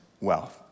wealth